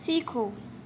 सीखो